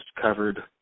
covered